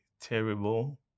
terrible